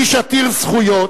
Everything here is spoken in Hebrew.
איש עתיר זכויות,